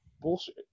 bullshit